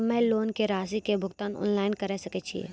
हम्मे लोन के रासि के भुगतान ऑनलाइन करे सकय छियै?